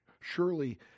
surely